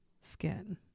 skin